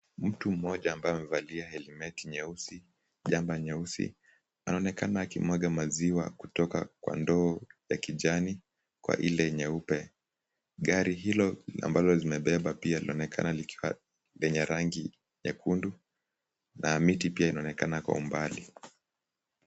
Mtu mmoja ambaye amevalia helmeti nyeusi, jampa nyeusi, anaonekana akimwaga maziwa kutoka kwa ndoo ya kijani kwa ile nyeupe. Gari hilo ambalo limebeba pia linaonekana likiwa lenye rangi nyekundu na miti pia inaonekana kwa umbali.